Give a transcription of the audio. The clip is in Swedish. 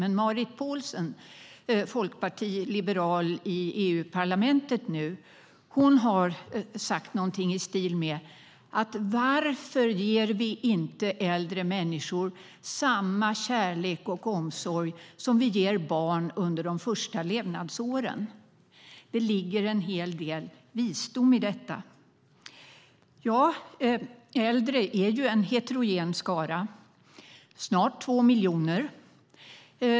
Men Marit Paulsen, som för Folkpartiet Liberalerna sitter i EU-parlamentet, har sagt något i stil med: Varför ger vi inte äldre människor samma kärlek och omsorg som vi ger barn under de första levnadsåren? Det ligger en hel del visdom i detta. Äldre är en heterogen skara, snart två miljoner.